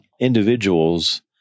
individuals